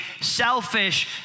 selfish